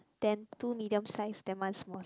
then two medium size then one small size